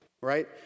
right